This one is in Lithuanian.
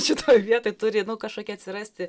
šitoj vietoj turi nu kažkokia atsirasti